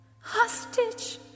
hostage